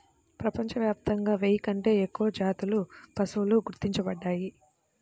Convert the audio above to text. ప్రపంచవ్యాప్తంగా వెయ్యి కంటే ఎక్కువ జాతుల పశువులు గుర్తించబడ్డాయి